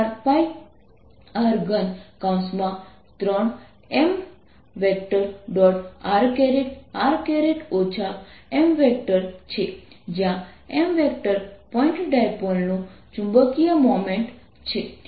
rr m છે જ્યાં m point ડાયપોલનું ચુંબકીય મોમેન્ટ છે